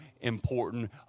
important